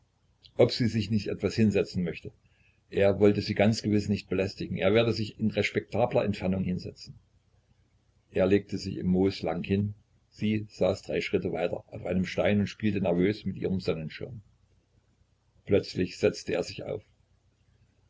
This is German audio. ob sie sich nicht etwas hinsetzen möchte er wolle sie ganz gewiß nicht belästigen er werde sich in respektabler entfernung hinsetzen er legte sich im moos lang hin sie saß drei schritte weiter auf einem stein und spielte nervös mit ihrem sonnenschirm plötzlich setzte er sich auf